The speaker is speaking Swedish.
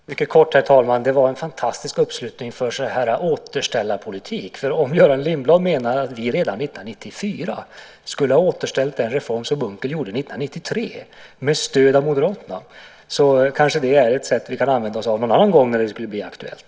Herr talman! Jag ska fatta mig mycket kort. Det var en fantastisk uppslutning för en sådan här återställarpolitik. Om Göran Lindblad menar att vi redan 1994 skulle ha återställt den reform som Unckel genomförde 1993 med stöd av Moderaterna kanske det är ett sätt vi kan använda oss av någon annan gång om det skulle bli aktuellt.